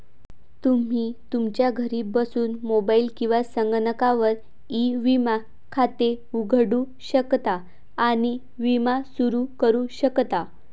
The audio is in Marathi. तुम्ही तुमच्या घरी बसून मोबाईल किंवा संगणकावर ई विमा खाते उघडू शकता आणि विमा सुरू करू शकता